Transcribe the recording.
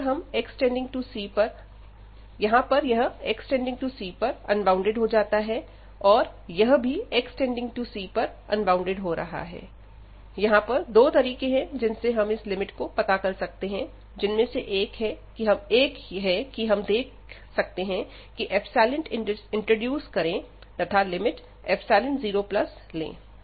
यहां पर यह x→c पर अनबॉउंडेड हो जाता है और यह भीx→c पर अनबॉउंडेड हो रहा है यहां पर दो तरीके हैं जिनसे हम इस लिमिट को पता कर सकते हैं जिसमें से एक है कि हम देख इंट्रोड्यूस करें तथा ϵ→0 ले